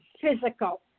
physical